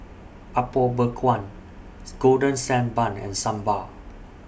Apom Berkuah Golden Sand Bun and Sambal